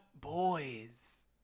boys